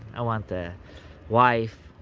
i want the wife.